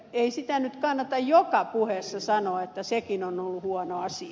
ei sitä nyt kannata joka puheessa sanoa että sekin on ollut huono asia